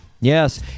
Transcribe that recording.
Yes